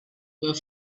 were